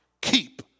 keep